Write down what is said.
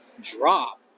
drop